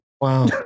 Wow